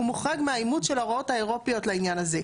הוא מוחרג מהאימוץ של ההוראות האירופיות לעניין הזה,